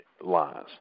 lies